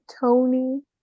Tony